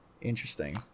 Interesting